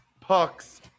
pucks